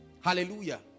Hallelujah